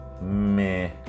meh